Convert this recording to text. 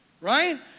right